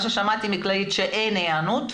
מה ששמעתי מכללית שאין היענות.